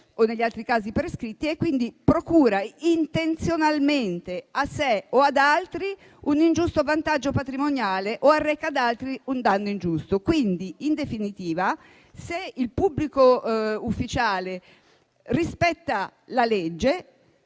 o negli altri casi prescritti, procura intenzionalmente a sé o ad altri un ingiusto vantaggio patrimoniale o arreca ad altri un danno ingiusto. Quindi, in definitiva, il pubblico ufficiale, se rispetta la legge,